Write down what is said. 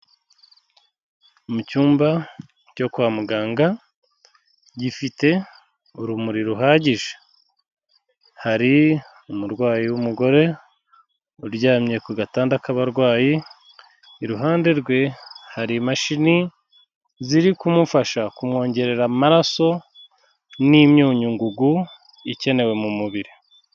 Mu cyumba cyo kwa muganga gifite urumuri ruhagije, hari umurwayi w'umugore uryamye ku gatanda k'abarwayi, iruhande rwe hari imashini ziri kumufasha ku mwongerera amaraso n'imyunyu ngugu ikenewe mu mubiri.